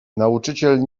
nauczyciel